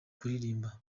kuririmba